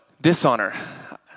dishonor